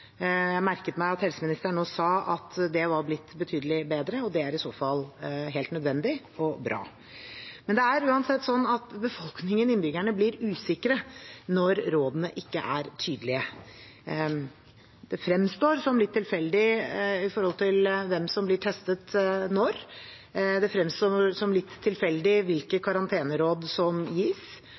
Jeg merket meg at helseministeren nå sa at det var blitt betydelig bedre, og det er i så fall helt nødvendig og bra. Det er uansett sånn at befolkningen, innbyggerne, blir usikre når rådene ikke er tydelige. Det fremstår som litt tilfeldig hvem som blir testet når. Det fremstår som litt tilfeldig hvilke karanteneråd som gis.